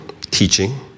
teaching